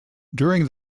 during